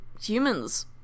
humans